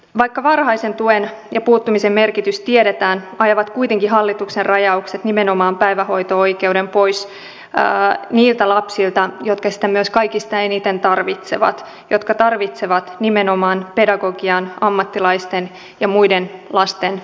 vaikka varhaisen tuen ja puuttumisen merkitys tiedetään ajavat kuitenkin hallituksen rajaukset nimenomaan päivähoito oikeuden pois niiltä lapsilta jotka sitä myös kaikista eniten tarvitsevat jotka tarvitsevat nimenomaan pedagogiikan ammattilaisten ja muiden lasten seuraa